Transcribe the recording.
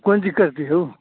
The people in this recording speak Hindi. कौन चीज करती है वह